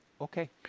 Okay